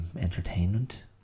entertainment